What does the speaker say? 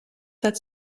that